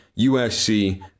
USC